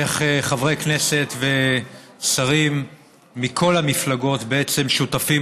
איך חברי כנסת ושרים מכל המפלגות שותפים